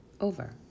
over